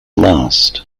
last